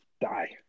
die